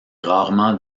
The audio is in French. rarement